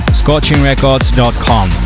scorchingrecords.com